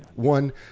One